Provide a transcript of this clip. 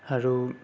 আৰু